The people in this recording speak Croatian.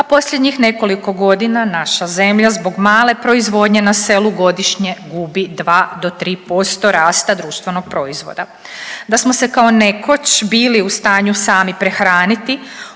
a posljednjih nekoliko godina naša zemlja zbog male proizvodnje na selu godišnje gubi 2-3% rasta društvenog proizvoda. Da smo se kao nekoć bili u stanju sami prehraniti,